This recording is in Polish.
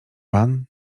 pan